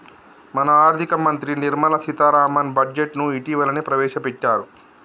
మన ఆర్థిక మంత్రి నిర్మల సీతారామన్ బడ్జెట్ను ఇటీవలనే ప్రవేశపెట్టారు